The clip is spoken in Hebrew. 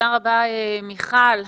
תודה רבה, מיכל.